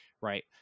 right